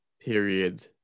Period